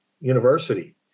University